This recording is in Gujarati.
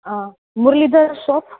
હ મુરલીધર શોપ